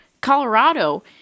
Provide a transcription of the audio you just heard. Colorado